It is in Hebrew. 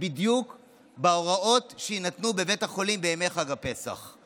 בדיוק בהוראות שיינתנו בבית החולים בימי חג הפסח.